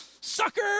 Sucker